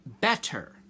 better